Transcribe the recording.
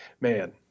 Man